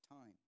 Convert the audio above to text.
time